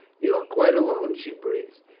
you are quite alone? she breathed.